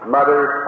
Mothers